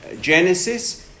Genesis